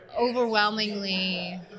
overwhelmingly